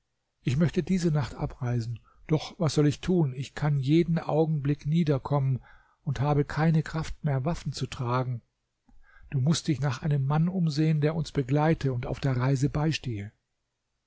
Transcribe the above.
ich möchte diese nacht abreisen doch was soll ich tun ich kann jeden augenblick niederkommen und habe keine kraft mehr waffen zu tragen du mußt dich nach einem mann umsehen der uns begleite und auf der reise beistehe